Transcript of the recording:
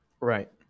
Right